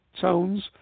tones